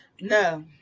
No